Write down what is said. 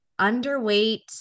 underweight